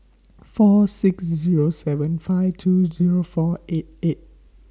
four six Zero seven five two Zero four eight eight